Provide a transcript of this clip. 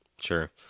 Sure